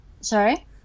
sorry